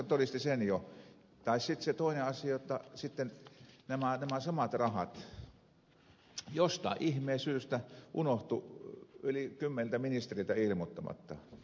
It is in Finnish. sitten se toinen asia jotta sitten nämä samat rahat jostain ihmeen syytä unohtuivat yli kymmeneltä ministeriltä ilmoittamatta